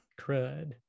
CRUD